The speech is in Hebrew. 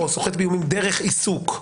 או סוחט באיומים דרך עיסוק,